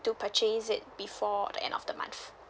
to purchase it before the end of the month